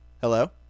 Hello